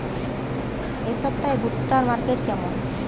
এই সপ্তাহে ভুট্টার মার্কেট কেমন?